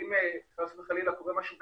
ואם חלילה קורה משהו בקפריסין,